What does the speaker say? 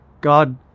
God